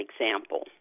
example